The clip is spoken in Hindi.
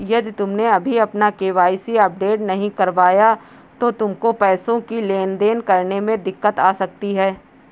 यदि तुमने अभी अपना के.वाई.सी अपडेट नहीं करवाया तो तुमको पैसों की लेन देन करने में दिक्कत आ सकती है